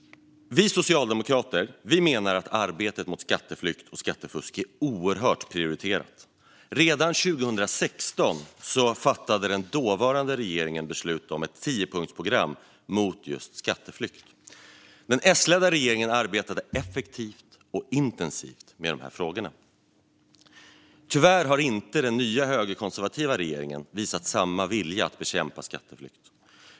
Vi socialdemokrater menar att arbetet mot skatteflykt och skattefusk är oerhört prioriterat. Redan 2016 fattade den dåvarande regeringen beslut om ett 10-punktsprogram mot skatteflykt. Den S-ledda regeringen arbetade effektivt och intensivt med dessa frågor. Tyvärr har inte den nya högerkonservativa regeringen visat samma vilja att bekämpa skatteflykt.